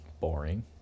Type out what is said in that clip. boring